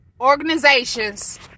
organizations